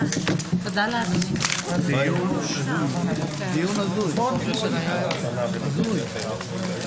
או על קיום רישום פלילי בעבירות שנוגעות